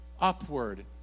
upward